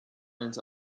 into